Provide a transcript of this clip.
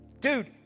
Dude